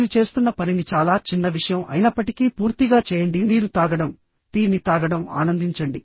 మీరు చేస్తున్న పనిని చాలా చిన్న విషయం అయినప్పటికీ పూర్తిగా చేయండిః నీరు తాగడం టీ ని తాగడం ఆనందించండి